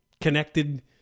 connected